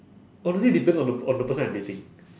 honestly depends on the on the person I'm dating